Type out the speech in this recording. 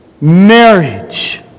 marriage